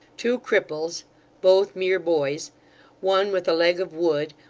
two cripples both mere boys one with a leg of wood,